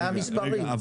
זה המספרים.